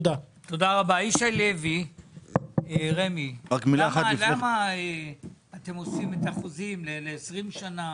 ישי לוי, רמ"י, למה אתם עושים את החוזים ל-20 שנה?